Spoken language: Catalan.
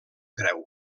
creu